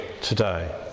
today